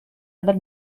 other